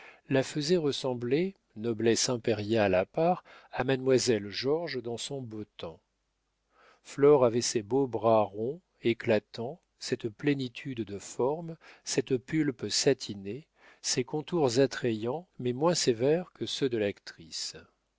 la faisait ressembler noblesse impériale à part à mademoiselle georges dans son beau temps flore avait ces beaux bras ronds éclatants cette plénitude de formes cette pulpe satinée ces contours attrayants mais moins sévères que ceux de l'actrice